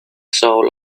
soul